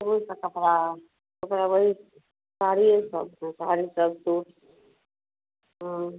कौन सा कपड़ा कपड़ा वही साड़िए सब है साड़ी सब सूट हाँ